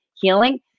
healing